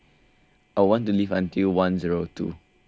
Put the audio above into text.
I want to live until one zero two